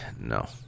no